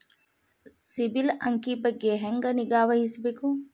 ಸಿಬಿಲ್ ಅಂಕಿ ಬಗ್ಗೆ ಹೆಂಗ್ ನಿಗಾವಹಿಸಬೇಕು?